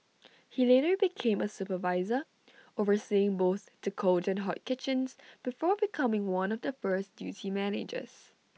he later became A supervisor overseeing both the cold and hot kitchens before becoming one of the first duty managers